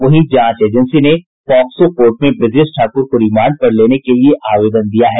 वहीं जांच एजेंसी ने पॉक्सो कोर्ट में ब्रजेश ठाकुर को रिमांड पर लेने के लिए आवेदन दिया है